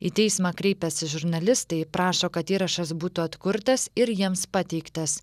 į teismą kreipęsi žurnalistai prašo kad įrašas būtų atkurtas ir jiems pateiktas